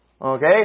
Okay